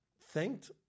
thanked